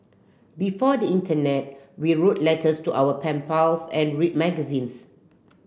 before the internet we wrote letters to our pen pals and read magazines